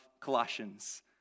Colossians